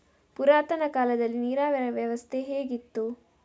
ಪುರಾತನ ಕಾಲದಲ್ಲಿ ನೀರಾವರಿ ವ್ಯವಸ್ಥೆ ಹೇಗಿತ್ತು?